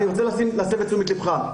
אני רוצה להסב את תשומת לבך.